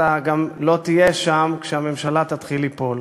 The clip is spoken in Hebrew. אתה גם לא תהיה שם כשהממשלה תתחיל ליפול.